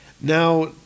Now